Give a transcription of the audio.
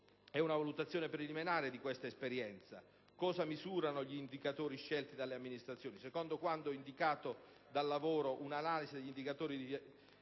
è una valutazione preliminare di questa esperienza. Cosa misurano gli indicatori scelti dalle amministrazioni? Secondo quanto indicato dal lavoro «Una analisi degli indicatori di